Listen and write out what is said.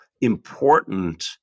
important